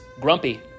grumpy